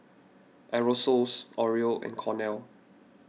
Aerosoles Oreo and Cornell